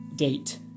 Date